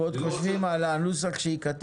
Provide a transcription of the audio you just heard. אבל אנחנו עוד חושבים על הנוסח שייכתב.